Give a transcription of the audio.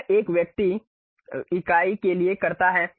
यह एक व्यक्ति इकाई के लिए करता है